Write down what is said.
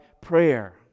prayer